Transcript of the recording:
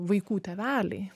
vaikų tėveliai